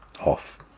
off